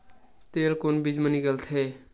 तेल कोन बीज मा निकलथे?